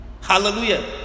Hallelujah